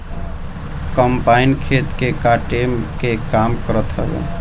combine खेत के काटे के काम करत हवे